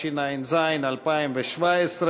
ההתשע"ז 2017,